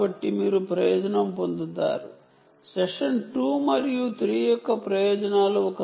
కాబట్టి మీరు సెషన్ 2 మరియు 3 యొక్క ప్రయోజనాలు పొందుతారు